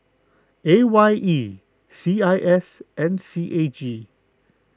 A Y E C I S and C A G